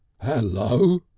Hello